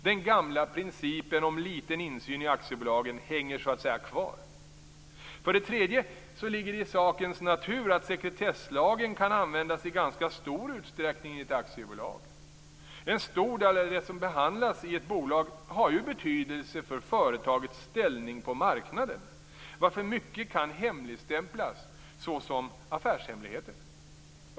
Den gamla principen om liten insyn i aktiebolagen hänger så att säga kvar. För det tredje ligger det i sakens natur att sekretesslagen kan användas i ganska stor utsträckning i ett aktiebolag. En stor del av det som behandlas i ett bolag har ju betydelse för företagets ställning på marknaden varför mycket kan hemligstämplas - såsom affärshemligheter.